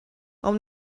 ond